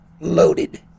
loaded